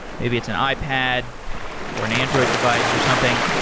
maybe it's an ipad or an android device or something,